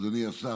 אדוני השר,